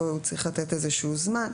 והוא צריך לתת איזשהו זמן.